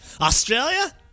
Australia